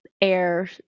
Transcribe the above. air